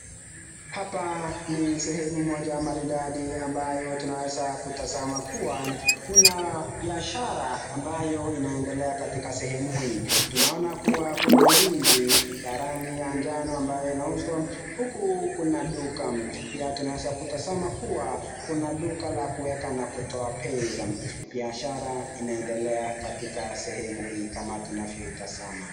Hapa ni sehemu moja maridadi ambayo tunaeza kutazama kuwa kuna biashara ambayo inaendelea katika sehemu hii .Tunaona kuwa kuna ndizi ya rangi ya njano ambayo inauzwa huku kuna duka. Pia tunaeza kutazama kuwa kuna duka la kueka na kutoa pesa. Biashara inaendelea katika sehemu hii kama tunavyoitazama.